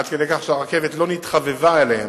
עד כדי כך שהרכבת לא נתחבבה עליהם.